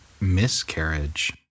miscarriage